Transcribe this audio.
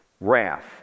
Wrath